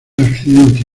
accidente